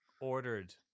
ordered